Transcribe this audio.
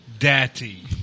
Daddy